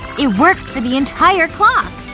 it works for the entire clock